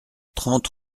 trente